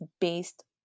based